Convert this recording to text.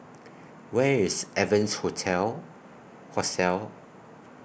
Where IS Evans Hostel